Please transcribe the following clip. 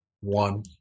one